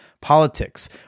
politics